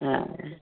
हा